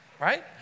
right